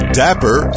dapper